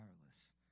powerless